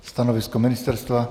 Stanovisko ministerstva?